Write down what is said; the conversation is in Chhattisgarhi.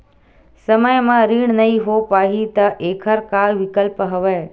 समय म ऋण नइ हो पाहि त एखर का विकल्प हवय?